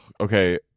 Okay